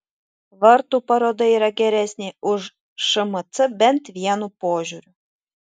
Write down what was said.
vartų paroda yra geresnė už šmc bent vienu požiūriu